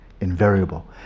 invariable